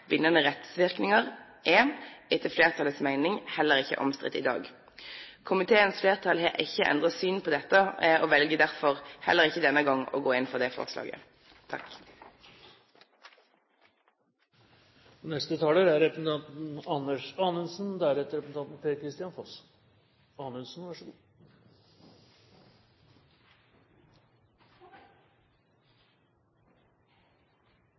bindende rettsvirkninger, er, etter flertallets mening, heller ikke omstridt i dag.» Komiteens flertall har ikke endret syn på dette, og velger derfor heller ikke denne gang å gå inn for det forslaget. Grunnlovens utgangspunkt er